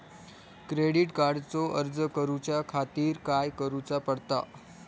Credit कार्डचो अर्ज करुच्या खातीर काय करूचा पडता?